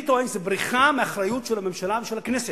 אני טוען, זו בריחה מאחריות של הממשלה ושל הכנסת.